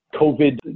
COVID